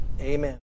Amen